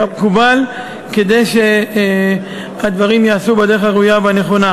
כמקובל, כדי שהדברים ייעשו בדרך הראויה והנכונה.